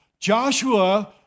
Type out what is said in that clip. Joshua